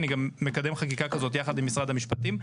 אני גם מקדם חקיקה כזאת יחד עם משרד המשפטים,